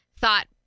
thought